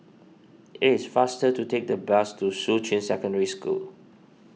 it is faster to take the bus to Shuqun Secondary School